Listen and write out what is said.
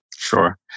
Sure